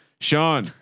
Sean